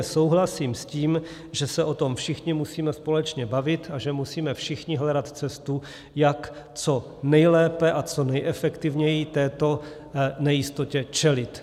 Nicméně souhlasím s tím, že se o tom všichni musíme společně bavit a že musíme všichni hledat cestu, jak co nejlépe a co nejefektivněji této nejistotě čelit.